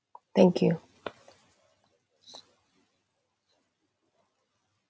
thank you